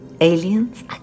Aliens